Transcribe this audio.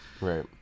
Right